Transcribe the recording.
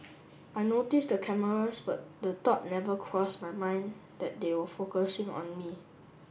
I noticed the cameras but the thought never crossed my mind that they were focusing on me